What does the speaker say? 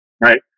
right